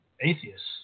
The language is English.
atheists